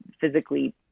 physically